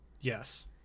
yes